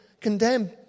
condemn